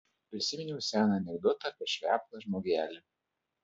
prisiminiau seną anekdotą apie šveplą žmogelį